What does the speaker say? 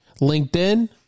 LinkedIn